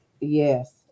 Yes